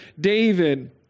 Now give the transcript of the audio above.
David